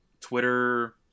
twitter